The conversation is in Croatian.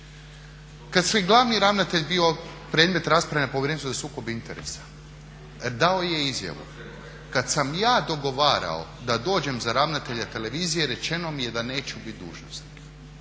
Kada je glavni ravnatelj bio predmet rasprave na Povjerenstvu za sukob interesa, dao je izjavu. Kada sam ja dogovarao da dođem za ravnatelja televizije rečeno mi je da neću biti dužnosnik.